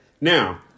Now